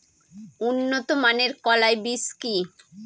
উন্নত মানের কলাই বীজ কি?